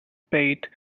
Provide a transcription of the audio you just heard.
bait